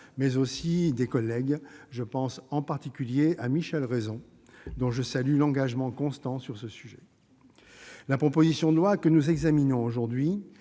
mais aussi par des collègues- je pense en particulier à Michel Raison, dont je salue l'engagement constant sur ce sujet. La proposition de loi que nous examinons aujourd'hui